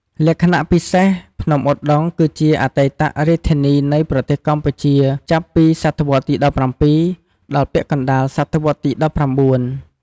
លក្ខណៈពិសេស ភ្នំឧត្តុង្គគឺជាអតីតរាជធានីនៃប្រទេសកម្ពុជាចាប់ពីសតវត្សទី ១៧ ដល់ពាក់កណ្ដាលសតវត្សទី ១៩។